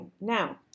Now